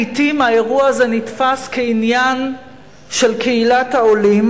לעתים האירוע הזה נתפס כעניין של קהילת העולים,